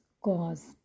cause